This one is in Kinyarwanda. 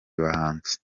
bahanzi